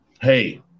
hey